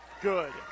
good